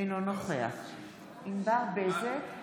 אינו נוכח ענבר בזק,